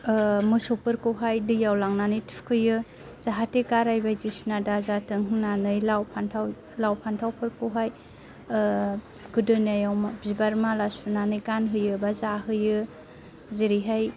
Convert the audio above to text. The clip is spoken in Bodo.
मोसौफोरखौहाय दैयाव लांनानै थुखैयो जाहाथे गाराय बायदिसिना दा जाथों होननानै लाव फान्थाव लाव फान्थावफोरखौहाय गोदोनायाव बिबार माला सुनानै गानहोयो एबा जाहोयो जेरैहाय